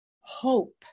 hope